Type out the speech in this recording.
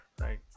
Right